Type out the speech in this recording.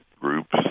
groups